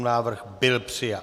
Návrh byl přijat.